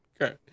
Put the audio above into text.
Okay